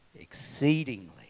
exceedingly